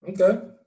Okay